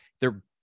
they're-